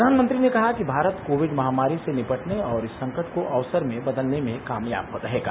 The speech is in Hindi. प्रधानमंत्री ने कहा कि भारत कोविड महामारी से निपटने और इस संकट को अवसर में बदलने में कामयाब रहेगा